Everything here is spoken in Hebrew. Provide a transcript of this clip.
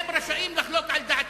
בלי פגיעות אישיות.